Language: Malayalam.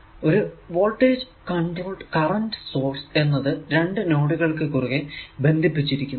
ഒരു വോൾടേജ് കോൺട്രോൾഡ് കറന്റ് സോഴ്സ് എന്നത് രണ്ടു നോഡുകൾക്ക് കുറുകെ ബന്ധിപ്പിച്ചിരിക്കുന്നു